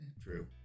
True